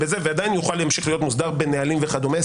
ועדיין יוכל להמשיך להיות מוסדר בנהלים וכדומה.